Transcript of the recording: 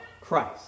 Christ